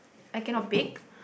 I cannot bake